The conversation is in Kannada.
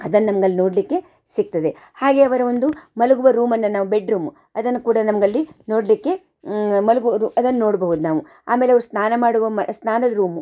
ಅದನ್ನು ನಮ್ಗೆ ಅಲ್ಲಿ ನೋಡಲಿಕ್ಕೆ ಸಿಕ್ತದೆ ಹಾಗೇ ಅವರ ಒಂದು ಮಲಗುವ ರೂಮನ್ನು ನಾವು ಬೆಡ್ರೂಮು ಅದನ್ನ ಕೂಡ ನಮಗಲ್ಲಿ ನೋಡಲಿಕ್ಕೆ ಮಲಗು ರೂ ಅದನ್ನು ನೋಡ್ಬಹುದು ನಾವು ಆಮೇಲೆ ಅವ್ರು ಸ್ನಾನ ಮಾಡುವ ಮ ಸ್ನಾನದ ರೂಮು